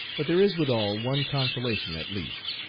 but there is withal one consolation at least,